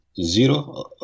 zero